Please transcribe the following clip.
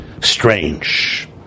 strange